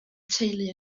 teulu